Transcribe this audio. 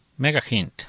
MegaHint